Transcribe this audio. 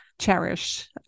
cherish